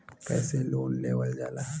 कैसे लोन लेवल जाला?